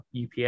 ups